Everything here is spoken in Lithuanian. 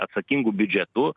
atsakingu biudžetu